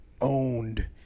owned